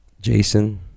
Jason